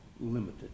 Limited